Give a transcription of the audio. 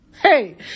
Hey